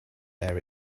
there